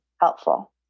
helpful